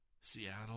Seattle